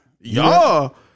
Y'all